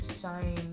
shine